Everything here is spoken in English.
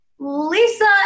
Lisa